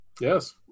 yes